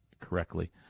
correctly